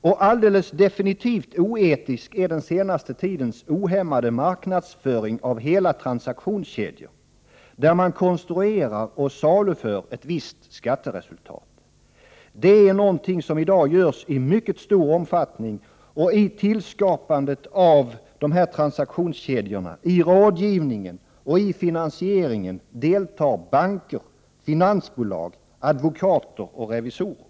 Och alldeles oetisk är den senaste tidens ohämmade marknadsföring av hela transaktionskedjor, där man konstruerar och saluför ett visst skatteresultat. Detta är någonting som i dag görs i mycket stor omfattning, och i tillskapandet av dessa transaktionskedjor, i rådgivningen och i finansieringen deltar banker, finansbolag, advokater och revisorer.